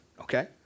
okay